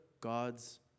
God's